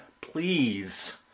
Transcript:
please